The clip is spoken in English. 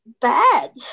bad